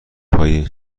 هایی